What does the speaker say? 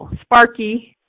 Sparky